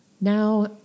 Now